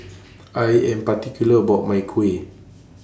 I Am particular about My Kuih